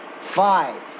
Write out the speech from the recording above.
five